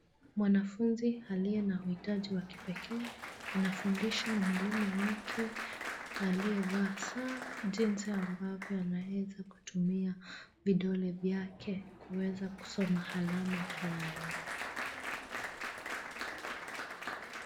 Mwanafunzi aliye na uhitaji wa kipekee anafundishwa na mwalimu wake aliyevaa saa, jinsi ambavyo anaweza kutumia vidole vyake kuweza kusoma alama fulani.